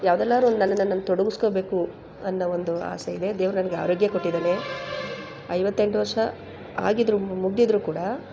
ಯಾವ್ದ್ರಲ್ಲಾದ್ರೂ ನನ್ನನ್ನು ನಾನು ತೊಡಗಿಸ್ಕೊಳ್ಬೇಕು ಅನ್ನೋ ಒಂದು ಆಸೆ ಇದೆ ದೇವ್ರು ನನಗೆ ಆರೋಗ್ಯ ಕೊಟ್ಟಿದ್ದಾನೆ ಐವತ್ತೆಂಟು ವರ್ಷ ಆಗಿದ್ದರು ಮುಗಿದಿದ್ರು ಕೂಡ